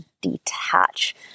detach